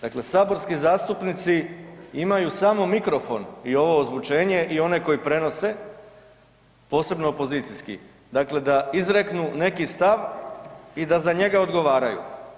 Dakle, saborski zastupnici imaju samo mikrofon i ovo ozvučenje i one koji prenose, posebno opozicijski, dakle da izreknu neki stav i da za njega odgovaraju.